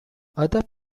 other